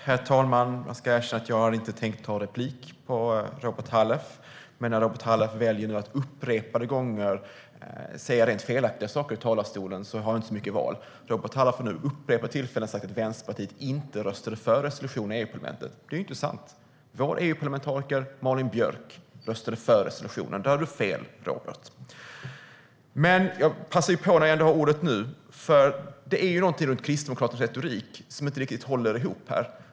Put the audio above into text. Herr talman! Jag ska erkänna att jag inte hade tänkt ta replik på Robert Halef. Men när Robert Halef väljer att nu upprepade gånger säga rent felaktiga saker i talarstolen har jag inte så mycket val. Robert Halef har nu vid upprepade tillfällen sagt att Vänsterpartiet inte röstade för resolutionen i EU-parlamentet. Det är inte sant. Vår EU-parlamentariker Malin Björk röstade för resolutionen. Där har du fel, Robert. När jag ändå har ordet vill jag passa på att säga att det är någonting i Kristdemokraternas retorik som inte riktigt håller ihop.